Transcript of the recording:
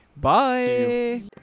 Bye